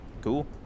Cool